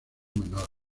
menor